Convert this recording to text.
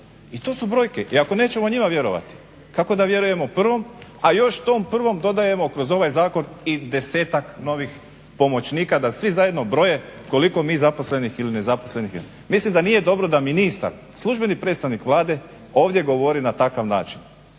I to su brojke i ako nećemo njima vjerovati kako da vjerujemo prvom, a još tom prvom dodajemo kroz ovaj zakon i desetak novih pomoćnika, da svi zajedno broje koliko mi zaposlenih ili nezaposlenih imamo. Mislim da nije dobro da ministar, službeni predstavnik Vlade ovdje govori na takav način.